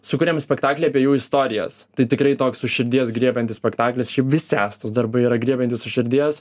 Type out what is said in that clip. sukurėm spektaklį apie jų istorijas tai tikrai toks už širdies griebiantis spektaklis šiaip visi astos darbai yra griebiantys už širdies